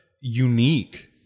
unique